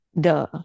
Duh